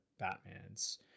Batmans